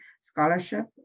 scholarship